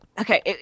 okay